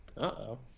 uh-oh